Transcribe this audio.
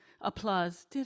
applause